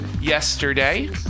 yesterday